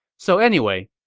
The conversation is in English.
so anyway,